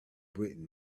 britain